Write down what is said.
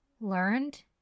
Learned